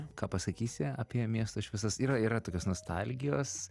ką pasakysi apie miesto šviesas yra tokios nostalgijos